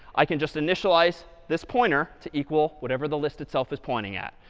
i can just initialize this pointer to equal whatever the list itself is pointing at.